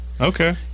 Okay